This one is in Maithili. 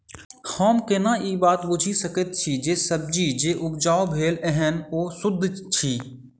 हम केना ए बात बुझी सकैत छी जे सब्जी जे उपजाउ भेल एहन ओ सुद्ध अछि?